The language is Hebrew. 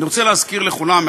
אני רוצה להזכיר לכולם,